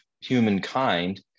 humankind